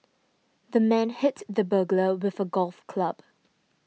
the man hit the burglar with a golf club